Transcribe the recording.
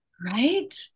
Right